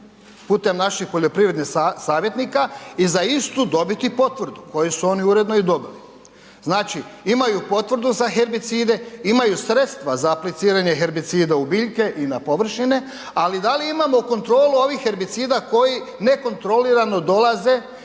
putem naših poljoprivrednih savjetnika i za istu dobiti potvrdu, koju su oni uredno i dobili. Znači imaju potvrdu za herbicide, imaju sredstva za apliciranje herbicida u biljke i na površine, ali da li imamo kontrolu ovih herbicida koji nekontrolirano dolaze